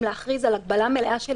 להכריז על הגבלה מלאה.